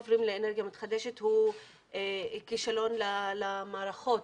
הוא כישלון למערכות.